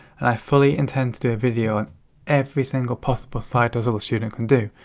and i fully intend to do a video on every single possible side hustle a student can do.